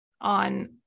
on